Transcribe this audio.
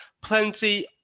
plenty